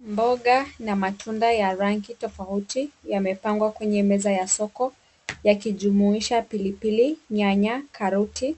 Mboga na matunda ya rangi tofauti yamepangwa kwenye meza ya soko ya kijumuisha pilipili, nyanya, karoti,